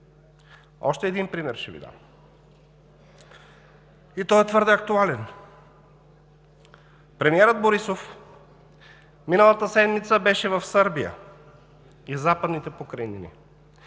Още един пример ще Ви дам и той е твърде актуален. Премиерът Борисов миналата седмица беше в Сърбия и Западните покрайнини